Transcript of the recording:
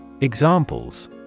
Examples